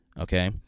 okay